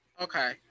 Okay